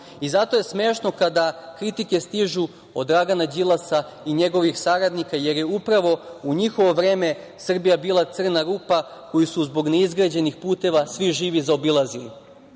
Zato je smešno kada kritike stižu od Dragana Đilasa i njegovih saradnika jer je upravo u njihovo vreme Srbija bila crna rupa koju su zbog neizgrađenih puteva svi živi zaobilazili.